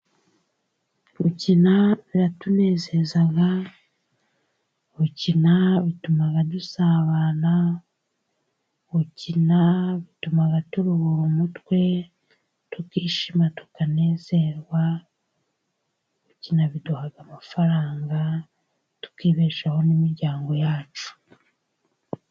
Gukina biratunezeza, gukina bituma dusabana, gukina bituma turuhura umutwe, tukishima tukanezerwa, gukina biduha amafaranga tukibeshaho n'imiryango yacu.